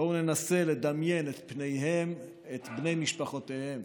בואו ננסה לדמיין את פניהם, את בני משפחותיהם.